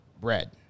Bread